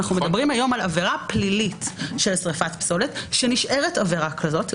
אנחנו מדברים היום על עבירה פלילית של שריפת פסולת שנשארת עבירה כזאת,